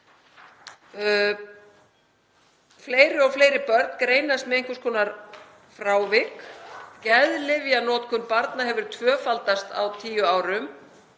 Fleiri og fleiri börn greinast með einhvers konar frávik, geðlyfjanotkun barna hefur tvöfaldast á tíu árum,